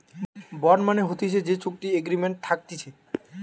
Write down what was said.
bond মানে হতিছে যে চুক্তি এগ্রিমেন্ট থাকতিছে